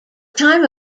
time